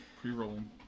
Pre-rolling